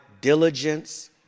diligence